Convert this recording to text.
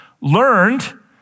learned